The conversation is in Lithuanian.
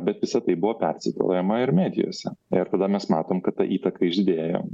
bet visa tai buvo persekiojama ir medijose ir tada mes matom kad ta įtaka išdidėjo